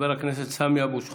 חבר הכנסת סמי אבו שחאדה.